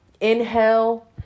inhale